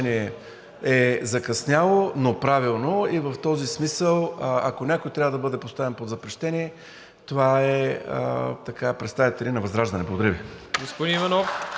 е закъсняло, но правилно. В този смисъл, ако някой трябва да бъде поставен под запрещение, това са представители на ВЪЗРАЖДАНЕ. Благодаря Ви. (Ръкопляскания